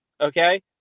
okay